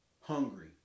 hungry